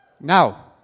Now